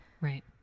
Right